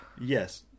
yes